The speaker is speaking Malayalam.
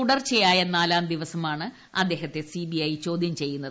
തുടർച്ചയായ നാലാം ദിവസമാണ് അദ്ദേഹത്തെ സിബിഐ ചോദ്യം ചെയ്യുന്നത്